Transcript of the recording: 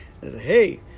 hey